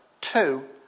two